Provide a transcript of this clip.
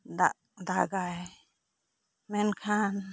ᱫᱟᱜ ᱫᱟᱜᱟᱭ ᱢᱮᱱᱠᱷᱟᱱ